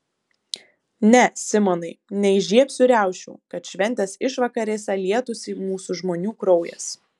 ne simonai neįžiebsiu riaušių kad šventės išvakarėse lietųsi mūsų žmonių kraujas